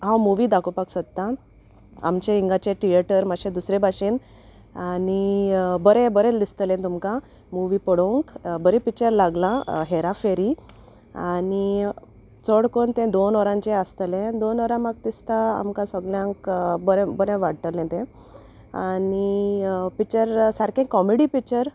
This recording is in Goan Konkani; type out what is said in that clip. हांव मुवी दाखोवपाक सोदतां आमचे हिंगाचें थिएटर मातशें दुसरे भाशेन आनी बरें बरें दिसतलें तुमकां मुवी पळोवंक बरें पिक्चर लागलां हेरा फेरी आनी चड कोन्न तें दोन वोरांचें आसतलें दोन वोरां म्हाका दिसता आमकां सगल्यांक बरें बरें वाडटलें तें आनी पिक्चर सारकें कॉमेडी पिक्चर